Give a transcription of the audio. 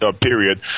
period